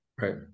Right